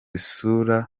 isura